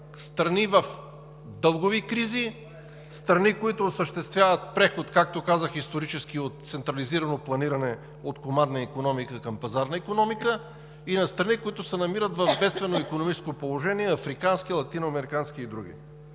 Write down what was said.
страни в дългови кризи, страни, които осъществяват исторически преход, както казах, от централизирано планиране, от командна икономика към пазарна и на страни, които се намират в бедствено икономическо положение – африкански, латиноамерикански и други.